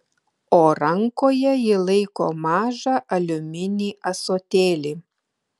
o rankoje ji laiko mažą aliuminį ąsotėlį